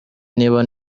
niba